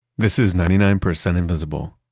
this is ninety nine percent invisible.